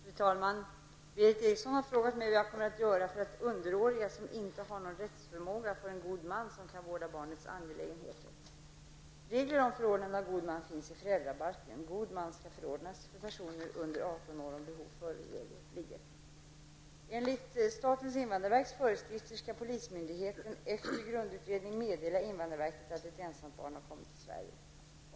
Fru talman! Berith Eriksson har frågat mig vad jag kommer att göra för att underåriga som inte har någon rättsförmåga får en god man som kan vårda barnets angelägenheter. Regler om förordnande av god man finns i föräldrabalken. God man skall förordnas för personer under 18 år om behov föreligger. Sverige.